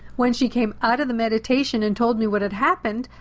when she came out of the meditation and told me what had happened,